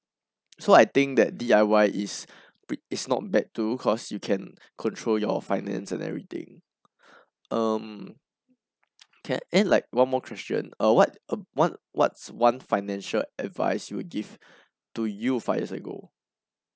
so I think that D_I_Y is is not bad too because you can control your finance and everything um can add like one more question err what uh what what's one financial advice you would give to you five years ago